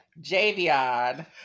Javion